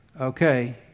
okay